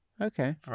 Okay